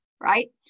right